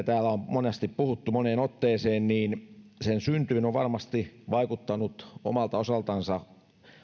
täällä on monesti puhuttu moneen otteeseen syntyyn ovat varmasti vaikuttaneet omalta osaltansa